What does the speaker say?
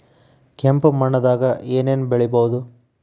ಕೆಂಪು ಮಣ್ಣದಾಗ ಏನ್ ಏನ್ ಬೆಳಿಬೊದು?